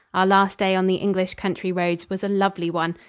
our last day on the english country roads was a lovely one.